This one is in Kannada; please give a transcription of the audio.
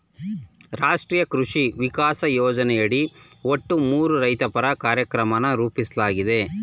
ರಾಷ್ಟ್ರೀಯ ಕೃಷಿ ವಿಕಾಸ ಯೋಜನೆಯಡಿ ಒಟ್ಟು ಮೂರು ರೈತಪರ ಕಾರ್ಯಕ್ರಮನ ರೂಪಿಸ್ಲಾಗಿದೆ